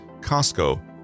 Costco